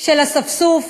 של "אספסוף",